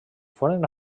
foren